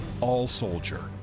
all-soldier